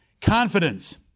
Confidence